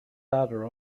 daughter